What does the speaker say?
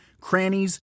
crannies